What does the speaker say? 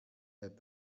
that